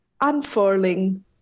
unfurling